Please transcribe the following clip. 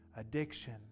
Addiction